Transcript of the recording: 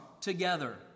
together